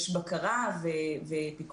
יש בקרה ופיקוח.